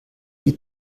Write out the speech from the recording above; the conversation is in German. die